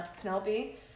Penelope